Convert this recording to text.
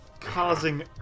causing